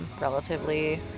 relatively